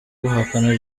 guhakana